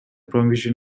provision